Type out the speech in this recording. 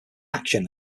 action